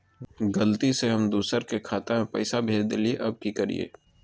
गलती से हम दुसर के खाता में पैसा भेज देलियेई, अब की करियई?